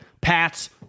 Pats